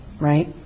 right